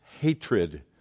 hatred